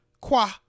qua